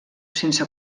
sense